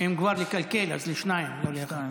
אם כבר לקלקל, אז לשניים, לא לאחד.